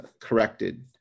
corrected